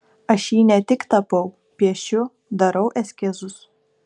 aš jį ne tik tapau piešiu darau eskizus